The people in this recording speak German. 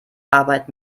arbeit